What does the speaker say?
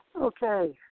Okay